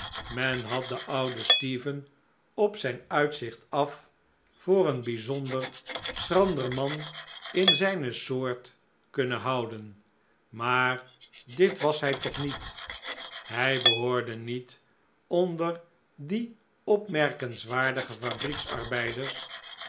men had den ouden stephen op zijn uitzicht af voor een bijzonder schrander man in zijne soort kunnen houden maar dit was hij toch niet hij behoorde niet onder die opmerkenswaardige fabrieksarbeiders